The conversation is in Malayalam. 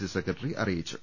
സി സെക്രട്ടറി അറിയിച്ചു